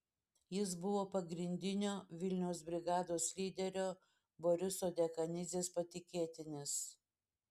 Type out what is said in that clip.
jis buvo pagrindinio vilniaus brigados lyderio boriso dekanidzės patikėtinis